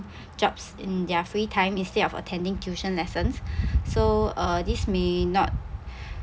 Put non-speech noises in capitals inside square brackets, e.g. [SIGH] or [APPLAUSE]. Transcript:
jobs in their free time instead of attending tuition lessons [BREATH] so uh this may not